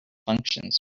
functions